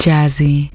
Jazzy